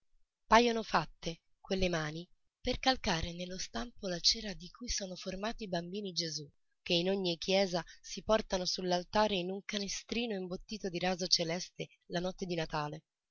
pajono fatte quelle mani per calcare nello stampo la cera di cui sono formati i bambini gesù che in ogni chiesa si portano su l'altare in un canestrino imbottito di raso celeste la notte di natale